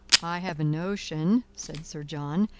i have a notion, said sir john,